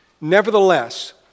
Nevertheless